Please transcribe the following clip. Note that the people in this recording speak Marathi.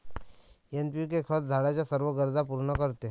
एन.पी.के खत झाडाच्या सर्व गरजा पूर्ण करते